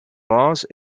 vase